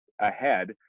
ahead